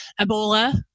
Ebola